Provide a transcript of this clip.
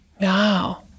Wow